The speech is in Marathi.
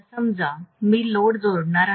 आता समजा मी लोड जोडणार आहे